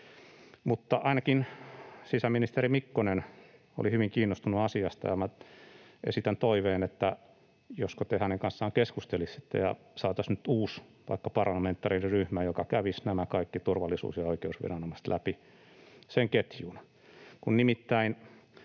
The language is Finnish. mutta ainakin sisäministeri Mikkonen oli hyvin kiinnostunut asiasta, ja minä esitän toiveen, että josko te hänen kanssaan keskustelisitte ja saataisiin nyt vaikka uusi parlamentaarinen ryhmä, joka kävisi nämä kaikki turvallisuus- ja oikeusviranomaiset läpi, sen ketjun.